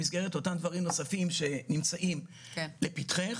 במסגרת אותם דברים נוספים שנמצאים לפתחך,